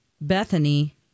Bethany